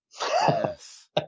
Yes